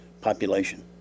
population